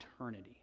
eternity